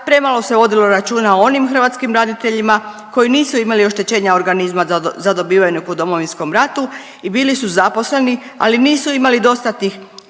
premalo se vodilo računa o onim hrvatskim braniteljima koji nisu imali oštećenja organizma zadobivenih u Domovinskom ratu i bili su zaposleni, ali nisu imali dostatnih